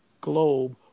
globe